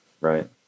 right